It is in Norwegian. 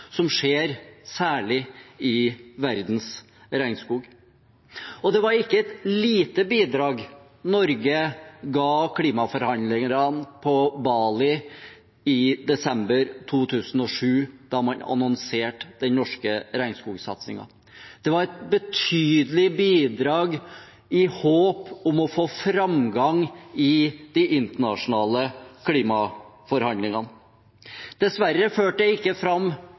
som skjer, særlig i verdens regnskog. Og det var ikke et lite bidrag Norge ga klimaforhandlerne på Bali i desember 2007 da man annonserte den norske regnskogsatsingen. Det var et betydelig bidrag, i håp om å få framgang i de internasjonale klimaforhandlingene. Dessverre førte det ikke fram